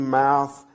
mouth